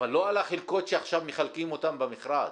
אבל לא על החלקות שעכשיו מחלקים אותן במכרז.